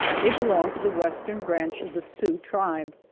they belonged to the western branch of the sioux tribe.